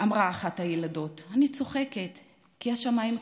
אמרה אחת הילדות: אני צוחקת כי השמיים כחולים.